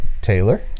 Taylor